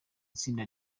itsinda